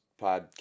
podcast